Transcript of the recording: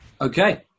Okay